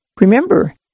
Remember